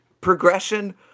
progression